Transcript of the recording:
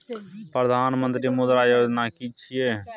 प्रधानमंत्री मुद्रा योजना कि छिए?